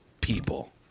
people